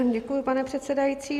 Děkuji, pane předsedající.